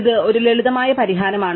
ഇത് ഒരു ലളിതമായ പരിഹാരമാണ്